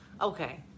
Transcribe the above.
Okay